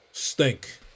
stink